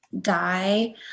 die